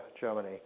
Germany